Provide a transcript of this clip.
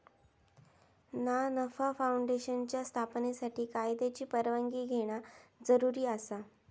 ना नफा फाऊंडेशनच्या स्थापनेसाठी कायद्याची परवानगी घेणा जरुरी आसा